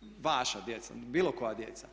Komparić Devčić: Meni moja djeca.]] Vaša djeca, bilo koja djeca.